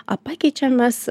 a pakeičiam mes